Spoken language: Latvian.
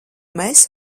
mēs